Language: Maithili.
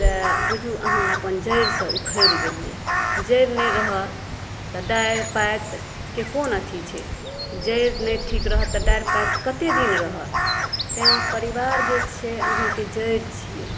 तऽ बुझू अहाँ अपन जड़िसँ उखड़ि गेलिए जड़ि नहि रहत तऽ डारि पातके कोनो अथी छै जड़ि नहि ठीक रहत तऽ डारि पात कतेक दिन रहत तेँ परिवार जे छै अहाँके जड़ि छिए